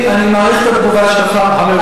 אני מעריך את התגובה שלך.